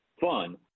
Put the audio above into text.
fun